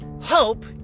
Hope